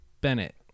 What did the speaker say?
Bennett